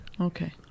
Okay